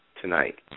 tonight